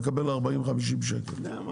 למה?